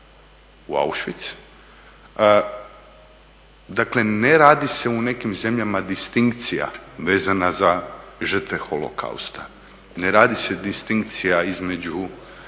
u Auschwitz, dakle ne radi se u nekim zemljama distinkcija vezana za žrtve holokausta, ne radi se distinkcija između